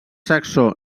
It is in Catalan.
saxó